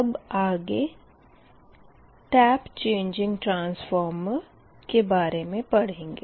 अब आगे tap changing transformer के बारे मे पढ़ेंगे